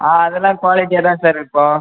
ஆ அதுலாம் குவாலிட்டியாக தான் சார் இருக்கும்